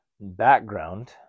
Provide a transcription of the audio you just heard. background